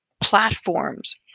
platforms